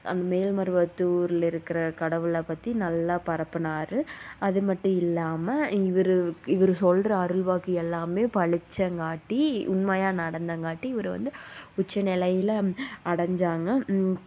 அந்த மேல்மருவத்தூர்லருக்கிற கடவுளைப்பத்தி நல்லா பரப்புனார் அதுமட்டும் இல்லாமல் இவர் இவர் சொல்கிற அருள்வாக்கு எல்லாமே பளிச்சங்காட்டி உண்மையாக நடந்தங்காட்டி இவர் வந்து உச்ச நிலையில் அடைஞ்சாங்க